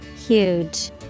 Huge